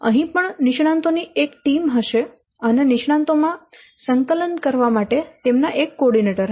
અહીં પણ નિષ્ણાંતો ની એક ટીમ હશે અને નિષ્ણાંતો માં સંકલન કરવા માટે તેમના એક કો ઓર્ડિનેટર હશે